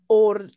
o'r